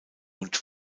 und